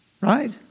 Right